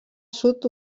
sud